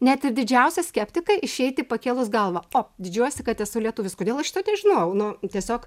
net ir didžiausią skeptiką išeiti pakėlus galvą o didžiuojuosi kad esu lietuvis kodėl aš šito nežinojau nu tiesiog